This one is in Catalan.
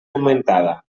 augmentada